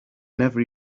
never